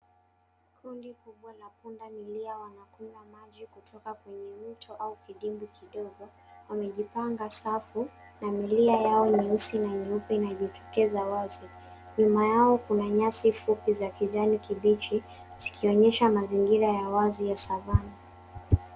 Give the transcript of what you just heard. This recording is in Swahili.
Kundi kubwa la pundamilia wanakunywa maji kutoka kwenye mto au kidimbwi kidogo. Wamejipanga safu na milia yao nyeusi na nyeupe inajitokeza wazi. Nyuma yao kuna nyasi fupi za kijani kibichi zikionyesha mazingira ya wazi ya savana.